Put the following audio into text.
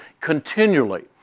continually